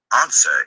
answer